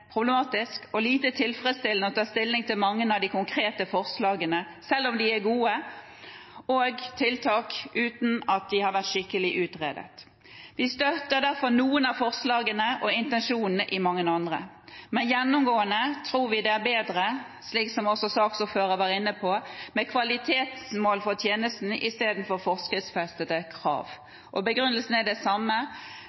problematisk og lite tilfredsstillende å ta stilling til mange av de konkrete forslagene – selv om de er gode – og tiltakene uten at de har vært skikkelig utredet. Vi støtter derfor noen av forslagene og intensjonene i mange andre. Gjennomgående tror vi det er bedre – slik som også saksordføreren var inne på – med kvalitetsmål for tjenesten istedenfor forskriftsfestede krav.